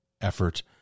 effort